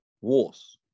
wars